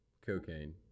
Cocaine